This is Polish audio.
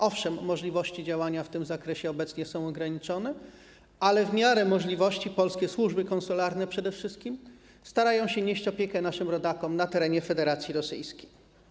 Owszem, możliwości działania w tym zakresie obecnie są ograniczone, ale w miarę możliwości polskie służby konsularne starają się zapewniać opiekę naszym rodakom na terenie Federacji Rosyjskiej.